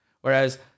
Whereas